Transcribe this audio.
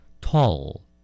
Tall